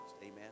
Amen